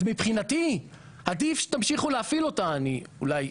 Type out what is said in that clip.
אז מבחינתי, עדיף שתפעילו להפעיל אותן אולי,